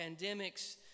pandemics